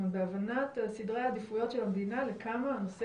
בהבנת סדרי העדיפויות של המדינה כמה הנושא